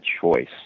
choice